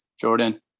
Jordan